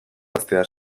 gaztea